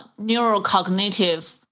neurocognitive